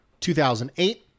2008